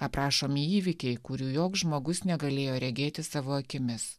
aprašomi įvykiai kurių joks žmogus negalėjo regėti savo akimis